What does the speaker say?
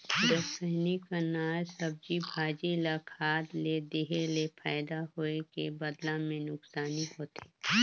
रसइनिक अनाज, सब्जी, भाजी ल खाद ले देहे ले फायदा होए के बदला मे नूकसानी होथे